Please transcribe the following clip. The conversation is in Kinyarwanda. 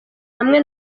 hamwe